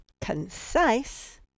concise